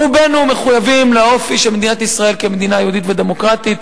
רובנו מחויבים לאופי של מדינת ישראל כמדינה יהודית ודמוקרטית,